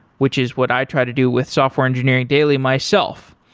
which is what i try to do with software engineering daily myself.